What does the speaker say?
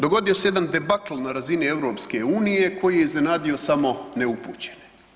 Dogodio se jedan debakl na razini EU koji je iznenadio samo neupućene.